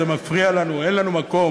זה מפריע לנו,